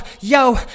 yo